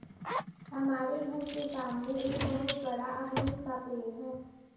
हमारे घर के सामने एक बहुत बड़ा अमरूद का पेड़ है